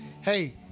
Hey